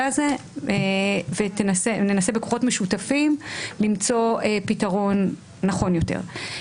הזה וננסה בכוחות משותפים למצוא פתרון נכון יותר.